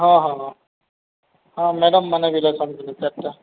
ହଁ ହଁ ହଁ ହଁ ମ୍ୟାଡ଼ମ୍ ମାନେ ବିଲସନ ଚାରଟା